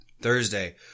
Thursday